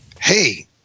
hey